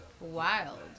wild